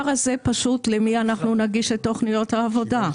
למי אנחנו נגיש את תוכניות העבודה?